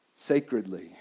sacredly